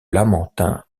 lamentin